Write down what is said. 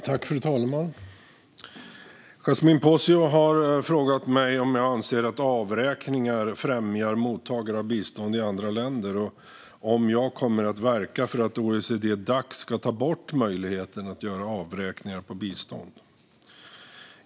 Fru talman! Yasmine Posio har frågat mig om jag anser att avräkningar främjar mottagare av bistånd i andra länder och om jag kommer att verka för att OECD-Dac ska ta bort möjligheten att göra avräkningar på bistånd.